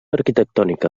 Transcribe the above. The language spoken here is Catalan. arquitectònica